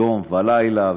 יום ולילה,